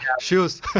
shoes